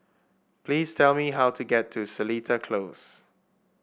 please tell me how to get to Seletar Close